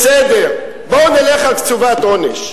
בסדר, בואו נלך על קצובת עונש,